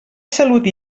salut